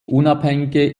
unabhängige